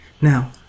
Now